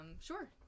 Sure